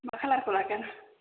मा खालारखौ लागोन